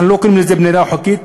אנחנו לא קוראים לזה בנייה לא חוקית,